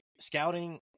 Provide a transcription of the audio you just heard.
scouting